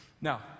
Now